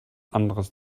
anderes